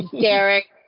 Derek